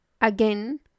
again